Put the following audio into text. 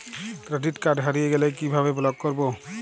Credit card হারিয়ে গেলে কি ভাবে ব্লক করবো?